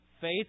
faith